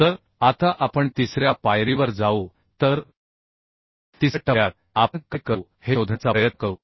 तर आता आपण तिसऱ्या पायरीवर जाऊ तरतिसऱ्या टप्प्यात आपण काय करू हे शोधण्याचा प्रयत्न करू